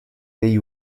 degli